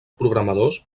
programadors